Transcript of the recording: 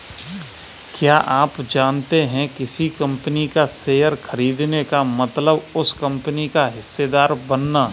क्या आप जानते है किसी कंपनी का शेयर खरीदने का मतलब उस कंपनी का हिस्सेदार बनना?